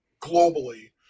globally